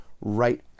right